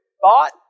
thought